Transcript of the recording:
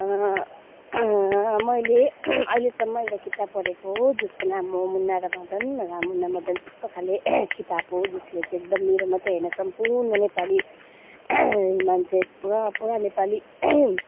मैले अहिलेसम्म एउटा किताब पढेको जसको नाम हो मुना र मदन र मुनामदन त्यस्तो खाले किताब हो जसले चाहिँ एकदम मेरो मात्रै होइन सम्पूर्ण नेपाली मान्छे पुरा पुरा नेपाली